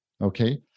Okay